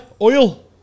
oil